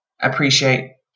appreciate